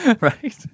Right